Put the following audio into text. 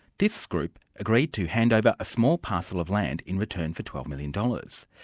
this group agreed to hand over a small parcel of land in return for twelve million dollars.